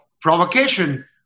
provocation